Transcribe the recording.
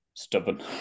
stubborn